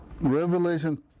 Revelation